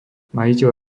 majiteľ